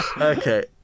Okay